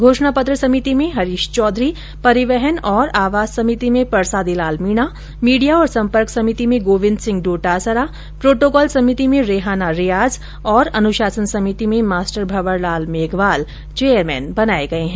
घोषण पत्र समिति में हरीश चौधरी परिवहन और आवास समिति में परसादी लाल मीणा मीडिया और संपर्क समिति में गोविन्द सिंह डोटासरा प्रोटोकॉल समिति में रेहाना रियाज़ और अनुशासन समिति में मास्टर भंवर लाल मेघवाल चेयरमैन बनाये गये है